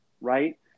Right